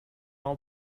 all